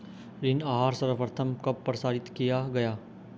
ऋण आहार सर्वप्रथम कब प्रसारित किया गया?